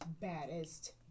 baddest